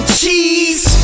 cheese